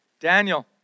Daniel